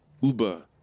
Uber